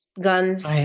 guns